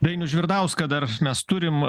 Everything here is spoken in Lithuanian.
dainių žvirdauską dar mes turim